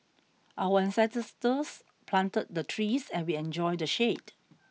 our ancestors planted the trees and we enjoy the shade